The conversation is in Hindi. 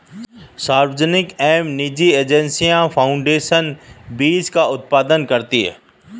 सार्वजनिक एवं निजी एजेंसियां फाउंडेशन बीज का उत्पादन करती है